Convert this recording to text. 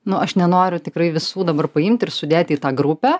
nu aš nenoriu tikrai visų dabar paimt ir sudėt į tą grupę